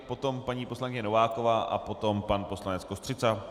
Potom paní poslankyně Nováková a potom pan poslanec Kostřica.